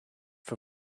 for